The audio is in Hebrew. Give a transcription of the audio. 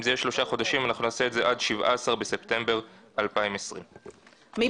זה יהיה שלושה חודשים אנחנו נעשה את זה עד 17 בספטמבר 2020. מי